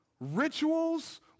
Rituals